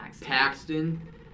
Paxton